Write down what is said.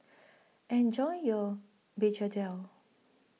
Enjoy your Begedil